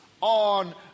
on